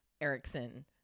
Erickson